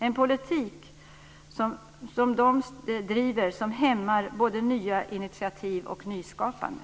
Den politik som de driver hämmar både nya initiativ och nyskapande.